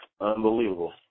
Unbelievable